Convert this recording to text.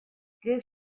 this